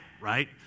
right